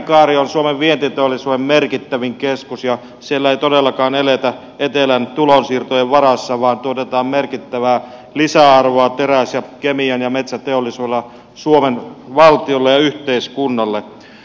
perämerenkaari on suomen vientiteollisuuden merkittävin keskus ja siellä ei todellakaan eletä etelän tulonsiirtojen varassa vaan tuotetaan merkittävää lisäarvoa teräs ja kemian ja metsäteollisuudella suomen valtiolle ja yhteiskunnalle